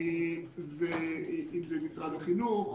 לא רק עיוורים,